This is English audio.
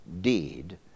deed